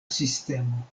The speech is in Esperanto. sistemo